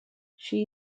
she